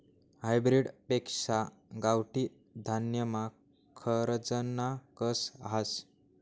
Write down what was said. hybrid पेक्शा गावठी धान्यमा खरजना कस हास